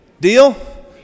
Deal